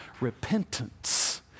repentance